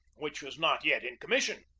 which was not yet in com mission.